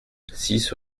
six